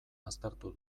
aztertu